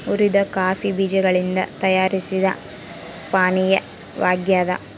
ಹುರಿದ ಕಾಫಿ ಬೀಜಗಳಿಂದ ತಯಾರಿಸಿದ ಪಾನೀಯವಾಗ್ಯದ